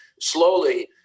slowly